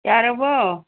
ꯌꯥꯔꯕꯣ